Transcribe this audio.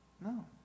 No